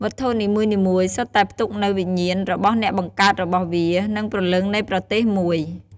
វត្ថុនីមួយៗសុទ្ធតែផ្ទុកនូវវិញ្ញាណរបស់អ្នកបង្កើតរបស់វា និងព្រលឹងនៃប្រទេសមួយ។